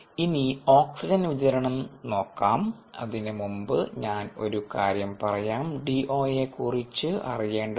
ഇനി ഓക്സിജൻ വിതരണം നോക്കാം അതിനു മുമ്പ് ഞാൻ ഒരു കാര്യം പറയാം ഡിഒയെ കുറിച്ച് അറിയേണ്ടതുണ്ട്